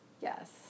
Yes